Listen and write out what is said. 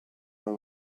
non